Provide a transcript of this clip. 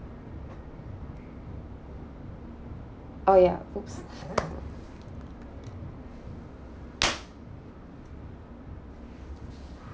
oh ya !oops!